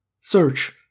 Search